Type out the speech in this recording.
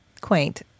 quaint